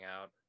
out